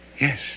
Yes